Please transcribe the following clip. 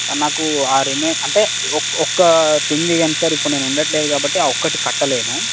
నాకు ఆ రిమే అంటే ఒక్కటి ఉంది కానీ సార్ ఇప్పుడు నేను ఉండట్లేదు కాబట్టి ఆ ఒక్కటి కట్టలేను